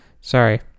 Sorry